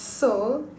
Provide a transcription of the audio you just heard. so